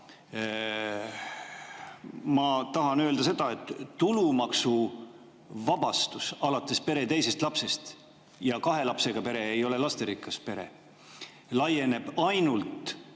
ma tahan öelda seda, et tulumaksuvabastus alates pere teisest lapsest – ja kahe lapsega pere ei ole lasterikas pere – laieneb ainult